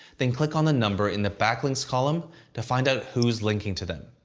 then click on the number in the backlinks column to find out who's linking to them.